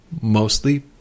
mostly